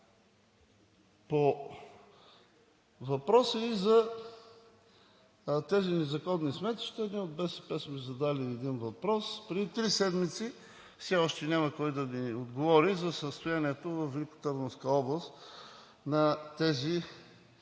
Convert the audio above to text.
По въпроса за тези незаконни сметища ние от БСП сме задали един въпрос преди три седмици – все още няма кой да ни отговори за състоянието във Великотърновска област на тези